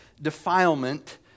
defilement